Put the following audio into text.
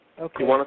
Okay